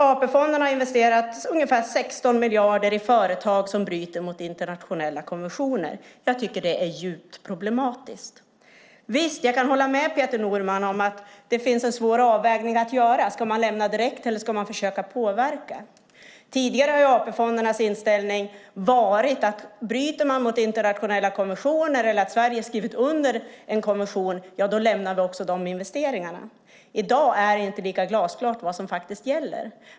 AP-fonderna har alltså investerat ungefär 16 miljarder i företag som bryter mot internationella konventioner. Det tycker jag är djupt problematiskt. Visst kan jag hålla med Peter Norman om att det finns en svår avvägning att göra. Ska man lämna direkt, eller ska man försöka påverka? Tidigare har AP-fondernas inställning varit att bryter ett företag mot internationella konventioner eller en konvention som Sverige har skrivit under, då lämnar man också de investeringarna. Men i dag är det inte lika glasklart vad som gäller.